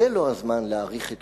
זה לא הזמן להאריך את